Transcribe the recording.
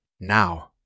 Now